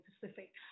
Pacific